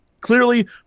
clearly